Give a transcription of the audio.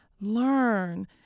Learn